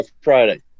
Friday